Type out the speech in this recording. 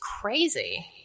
crazy